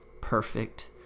perfect